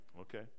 Okay